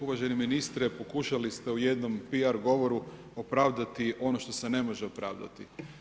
Uvaženi ministre, pokušali ste u jednom PR govoru opravdati ono što se ne može opravdati.